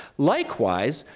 likewise,